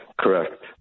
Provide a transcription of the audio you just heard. Correct